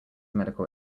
medical